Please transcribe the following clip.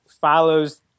follows